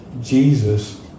Jesus